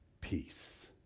Peace